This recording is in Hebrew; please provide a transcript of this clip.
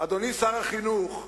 אדוני שר החינוך,